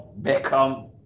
Beckham